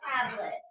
tablet